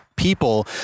people